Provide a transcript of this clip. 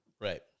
Right